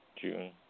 June